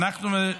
אוקיי, אוקיי.